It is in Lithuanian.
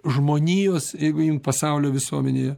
žmonijos jeigu imt pasaulio visuomenėje